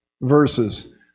verses